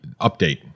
update